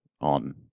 on